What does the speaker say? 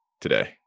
today